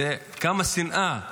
כמה שנאה